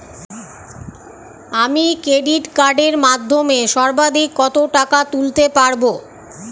আমি ক্রেডিট কার্ডের মাধ্যমে সর্বাধিক কত টাকা তুলতে পারব?